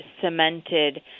cemented